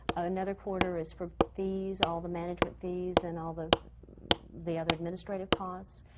another quarter is for fees, all the management fees and all the the other administrative costs.